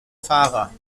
fahrer